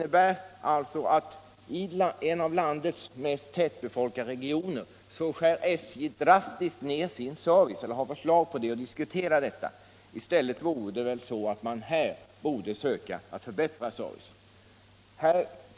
Det skulle innebära att SJ i en av landets mest tätbefolkade regioner drastiskt drog ned sin service. I stället borde man försöka förbättra den.